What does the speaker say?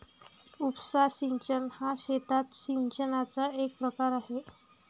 उपसा सिंचन हा शेतात सिंचनाचा एक प्रकार आहे